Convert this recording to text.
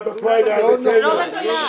ההיפך.